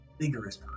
vigorous